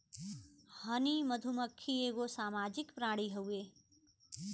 हनी मधुमक्खी एगो सामाजिक प्राणी हउवे